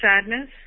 sadness